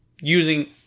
using